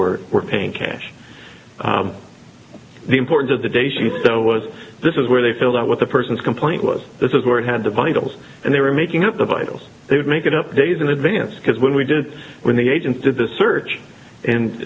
majority were paying cash the importance of the day she so was this is where they filled out what the person's complaint was this is where he had the bundles and they were making up the vitals they would make it up days in advance because when we did when the agents did the search and